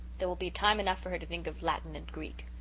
there will be time enough for her to think of latin and greek.